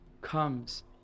comes